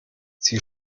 sie